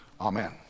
Amen